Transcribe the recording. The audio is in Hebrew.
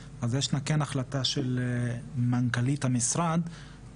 כי ככה לפחות מה שאני הבנתי, זה כן בכניסה,